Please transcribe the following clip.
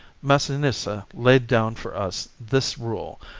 massinissa laid down for us this rule,